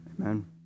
Amen